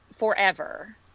forever